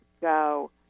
go